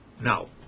Now